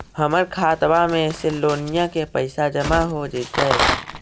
हमर खातबा में से लोनिया के पैसा जामा हो जैतय?